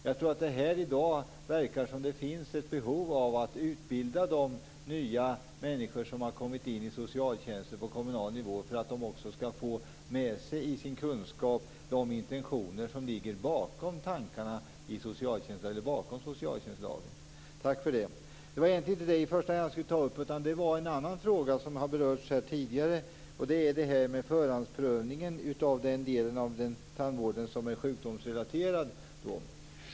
Jag tycker att det i dag verkar finnas ett behov av att utbilda de nya människor som har kommit in i socialtjänsten på kommunal nivå så att de i sin kunskap också skall få med sig de intentioner som ligger bakom tankarna i socialtjänstlagen. Det tackar jag socialministern för. Men det var inte det som jag i första hand skulle ta upp, utan det var en annan fråga som har berörts här tidigare. Det gäller det här med förhandsprövningen av den del av tandvården som är sjukdomsrelaterad.